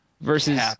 Versus